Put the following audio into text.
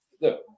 look